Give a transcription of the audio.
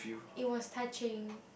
it was touching